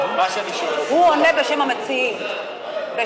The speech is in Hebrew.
הוא עונה בשם המציעים.